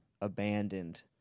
abandoned